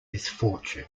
misfortune